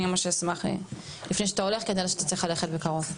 ואני ממש אשמח כי אני יודעת שאתה צריך ללכת בקרוב.